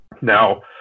Now